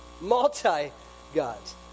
Multi-gods